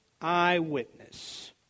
eyewitness